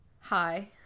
hi